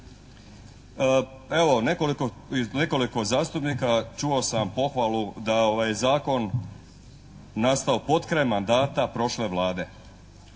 Evo od nekoliko zastupnika čuo sam pohvalu da je zakon nastao potkraj mandata prošle Vlade.